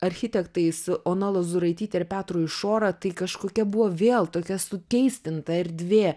architektais ona lozuraityte ir petru išora tai kažkokia buvo vėl tokia sukeistinta erdvė